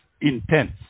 intense